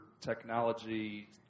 technology